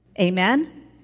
Amen